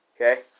Okay